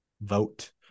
vote